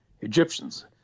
Egyptians